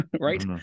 right